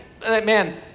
man